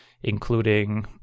including